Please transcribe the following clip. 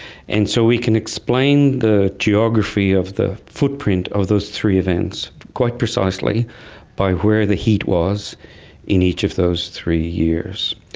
and so, we can explain the geography of the footprint of those three events quite precisely by where the heat was in each of those three years.